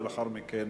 ולאחר מכן